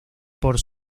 por